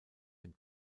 dem